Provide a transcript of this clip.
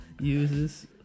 uses